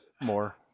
more